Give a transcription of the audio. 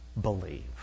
believe